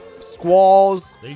Squalls